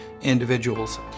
individuals